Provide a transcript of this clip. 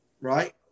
right